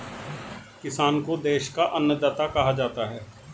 किसान को देश का अन्नदाता कहा जाता है